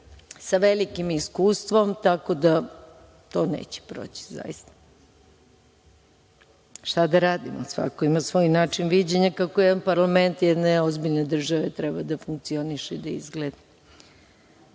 sa velikim iskustvom, tako da to neće proći zaista. Šta da radimo, svako ima svoj način viđenja kako jedan parlament jedne ozbiljne države treba da funkcioniše i da izgleda. Reč